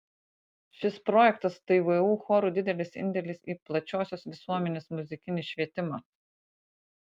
šis projektas tai vu chorų didelis indėlis į plačiosios visuomenės muzikinį švietimą